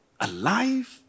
alive